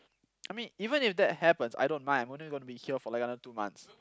I mean even if that happens I don't mind I'm only going to be here for like another two months